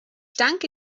danke